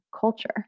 culture